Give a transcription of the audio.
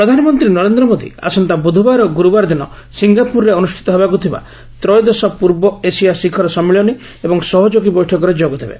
ରିଭ୍ ସିଙ୍ଗାପୁର ପ୍ରଧାନମନ୍ତ୍ରୀ ନରେନ୍ଦ୍ର ମୋଦି ଆସନ୍ତା ବୁଧବାର ଓ ଗୁରୁବାର ଦିନ ସିଙ୍ଗାପୁରରେ ଅନୁଷ୍ଠିତ ହେବାକୁଥିବା ତ୍ରୟୋଦଶ ପୂର୍ବ ଏସିଆ ଶିଖର ସମ୍ମିଳନୀ ଏବଂ ସହଯୋଗୀ ବୈଠକରେ ଯୋଗ ଦେବେ